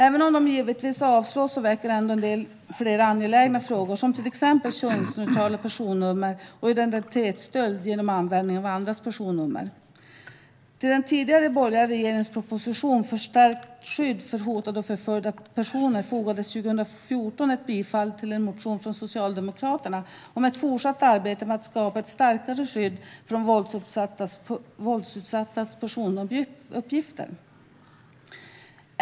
Även om de givetvis avslås väcker de ändå flera angelägna frågor, till exempel om könsneutrala personnummer och identitetsstöld genom användning av andras personnummer. Till den tidigare borgerliga regeringens proposition Förstärkt skydd av personuppgifter för hotade och förföljda personer fogades 2014 ett bifall till en motion från Socialdemokraterna om att fortsätta att arbeta med att skapa ett starkare skydd för de våldsutsattas personuppgifter.